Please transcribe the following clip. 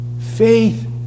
Faith